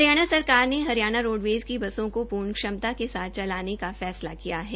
हरियाणा सरकार ने हरियाणा रोडवेज की बसों को पूर्ण क्षमता के साथ चलाने का फैसला किया है